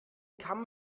kamm